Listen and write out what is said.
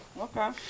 Okay